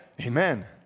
Amen